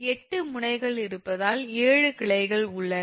8 முனைகள் இருப்பதால் 7 கிளைகள் உள்ளன